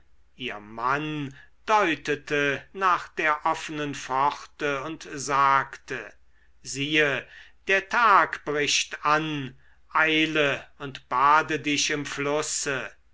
ihr mann deutete nach der offenen pforte und sagte siehe der tag bricht an eile und bade dich im flusse